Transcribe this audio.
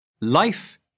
Life